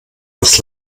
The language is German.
aus